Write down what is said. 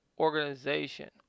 organization